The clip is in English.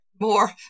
More